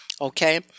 Okay